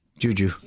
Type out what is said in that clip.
juju